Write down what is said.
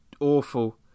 awful